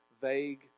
vague